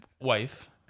wife